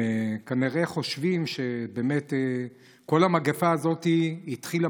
הם כנראה חושבים שבאמת כל המגפה הזאת התחילה